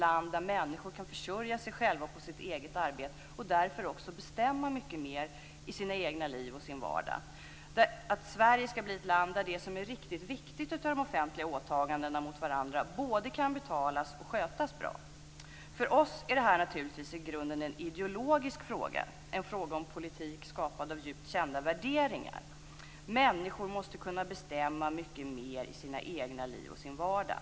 Sverige skall bli ett land där det som är riktigt viktigt i de offentliga åtaganden vi har gentemot varandra både kan betalas och skötas bra. För oss är det här naturligtvis i grunden en ideologisk fråga. Det är en politik skapad av djupt kända värderingar. Människor måste kunna bestämma mycket mer i sina egna liv och i sin vardag.